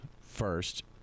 first